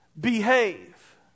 behave